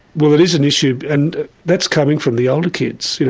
well it is an issue, and that's coming from the older kids. you know